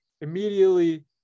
immediately